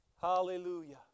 Hallelujah